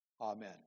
amen